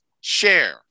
Share